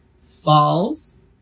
falls